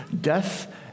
death